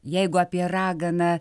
jeigu apie raganą